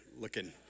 looking